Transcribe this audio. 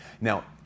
Now